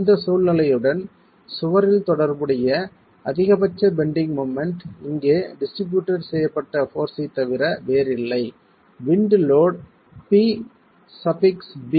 இந்த சூழ்நிலையுடன் சுவரில் தொடர்புடைய அதிகபட்ச பெண்டிங் மொமெண்ட் இங்கே டிஸ்ட்ரிபியூட் செய்யப்பட்ட போர்ஸ்யைத் தவிர வேறில்லை விண்ட் லோட் pb h28